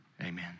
amen